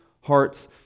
hearts